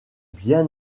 bien